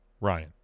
Ryan